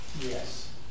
Yes